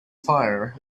fire